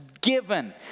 Given